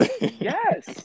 Yes